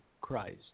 Christ